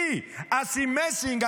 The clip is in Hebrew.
כי אסי מסינג,